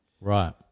right